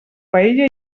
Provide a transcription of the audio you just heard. paella